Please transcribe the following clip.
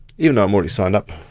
you know i'm already signed up,